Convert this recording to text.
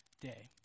day